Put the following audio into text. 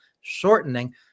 shortening